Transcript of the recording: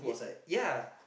ya